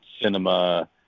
cinema